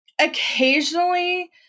occasionally